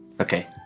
Okay